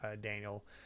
Daniel